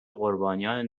قربانیان